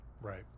Right